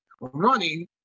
running